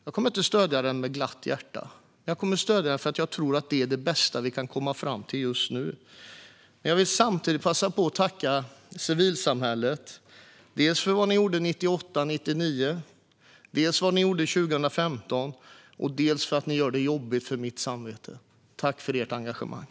Jag kommer inte att stödja den med glatt hjärta utan för att jag tror att det är det bästa vi kan komma fram till just nu. Jag vill passa på och tacka er i civilsamhället dels för vad ni gjorde 1998 och 1999, dels för vad ni gjorde 2015 och dels för att ni gör det jobbigt för mitt samvete. Tack för ert engagemang!